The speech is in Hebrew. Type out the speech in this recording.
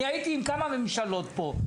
אני הייתי עם כמה ממשלות פה.